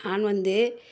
நான் வந்து